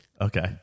Okay